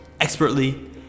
expertly